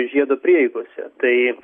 žiedo prieigose tai